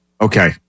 Okay